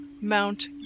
Mount